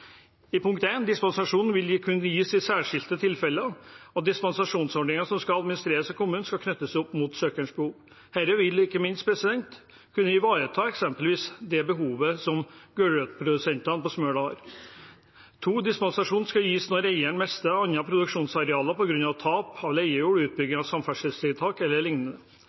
vil kunne gis i «særskilte tilfeller», og dispensasjonsordningen som skal administreres av kommunen, skal knyttes opp mot søkers behov.» Dette vil ikke minst kunne ivareta eksempelvis det behovet som gulrotprodusentene på Smøla har. «2. Dispensasjon kan gis når eieren mister andre produksjonsarealer på grunn av tap av leiejord, utbygging, samferdselstiltak